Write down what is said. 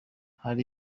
hari